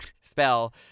spell